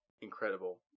incredible